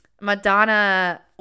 Madonna